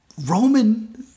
Roman